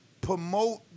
promote